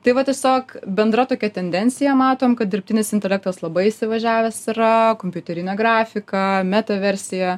tai va tiesiog bendra tokia tendencija matom kad dirbtinis intelektas labai įsivažiavęs yra kompiuterinė grafika meta versija